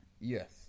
Yes